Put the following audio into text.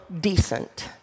decent